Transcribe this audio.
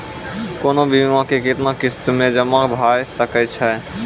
कोनो भी बीमा के कितना किस्त मे जमा भाय सके छै?